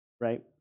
right